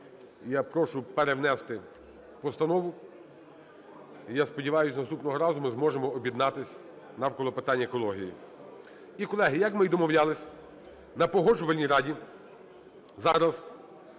Я прошу перевнести постанову. Я сподіваюся, наступного разу ми зможемо об'єднатись навколо питання екології. І, колеги, як ми і домовлялись на Погоджувальній раді, зараз